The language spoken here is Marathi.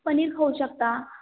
पनीर खाऊ शकता